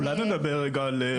אולי נדבר רגע על רובוטים?